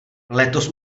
letos